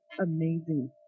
amazing